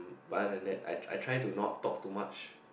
but other than that I I try to no talk too much